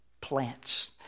Plants